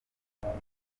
ikamyo